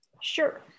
Sure